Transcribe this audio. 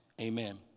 Amen